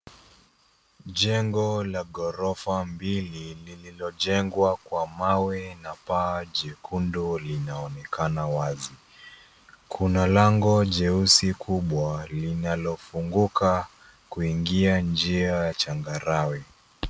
Jengo la ghorofa mbili lililojengwa kwa mawe na paa jekundu linaonekana wazi. Kuna lango jeusi kubwa linalofunguka kuingia njia ya changarawe.